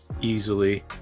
easily